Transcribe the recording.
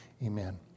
Amen